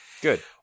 Good